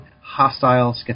hostile